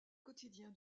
quotidien